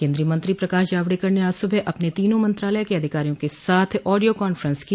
केंद्रीय मंत्री प्रकाश जावड़ेकर ने आज सुबह अपने तीनों मंत्रालयों के अधिकारियों के साथ ऑडियो कांफ्रेंस की